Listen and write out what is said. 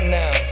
now